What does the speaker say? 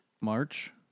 March